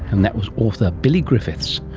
and that was author billy griffiths.